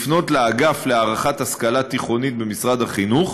לפנות לאגף להערכת השכלה תיכונית במשרד החינוך